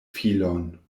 filon